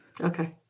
Okay